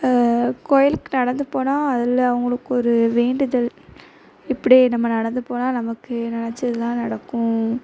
கோவிலுக்கு நடந்து போனால் அதில் அவங்களுக்கு ஒரு வேண்டுதல் இப்படி நம்ம நடந்து போனால் நமக்கு நெனைச்சதுலாம் நடக்கும்